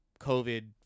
COVID